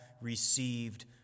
received